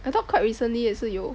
I thought quite recently 也是有